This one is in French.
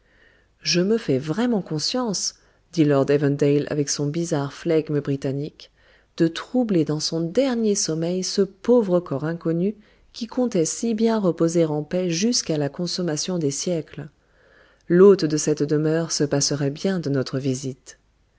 je me fais vraiment conscience dit lord evandale avec son bizarre flegme britannique de troubler dans son dernier sommeil ce pauvre corps inconnu qui comptait si bien reposer en paix jusqu'à la consommation des siècles l'hôte de cette demeure se passerait bien de notre visite